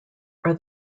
are